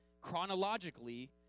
chronologically